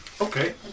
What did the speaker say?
Okay